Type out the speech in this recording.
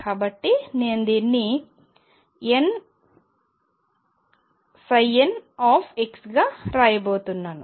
కాబట్టి నేను దీన్ని n l గా రాయబోతున్నాను